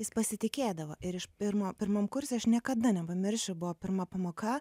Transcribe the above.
jis pasitikėdavo ir iš pirmo pirmam kurse aš niekada nepamiršiu buvo pirma pamoka